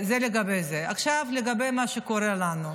עכשיו לגבי מה שקורה לנו.